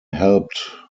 helped